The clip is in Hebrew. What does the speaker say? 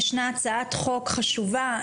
ישנה הצעת חוק חשובה,